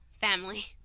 family